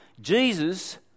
Jesus